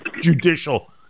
judicial